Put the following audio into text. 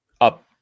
up